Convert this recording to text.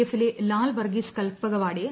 എഫിലെ ലാൽ വർഗീസ് കൽപ്പകവാടിയെ